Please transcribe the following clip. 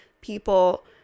people